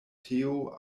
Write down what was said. teo